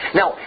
now